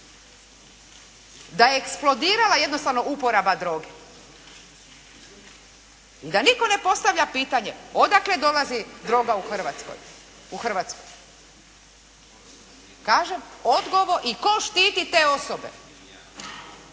da je eksplodirala jednostavno uporaba droge i da nitko ne postavlja pitanje odakle dolazi droga u Hrvatsku i tko štiti te osobe.